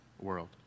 world